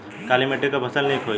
काली मिट्टी क फसल नीक होई?